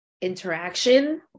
interaction